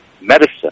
medicine